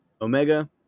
omega